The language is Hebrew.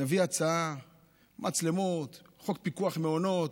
נביא הצעה, מצלמות, חוק פיקוח על המעונות.